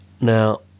Now